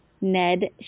Ned